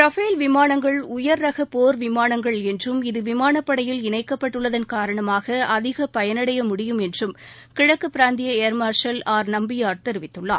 Rafale விமானங்கள் உயர்ரக போர் விமானங்கள் என்றும் இது விமானப்படையில் இணைக்கப்பட்டுள்ளதன் காரணமாக அதிக பயனடைய முடியும் என்று கிழக்கு பிராந்திய ஏர்மார்ஷல் ஆர் நம்பியார் தெரிவித்துள்ளார்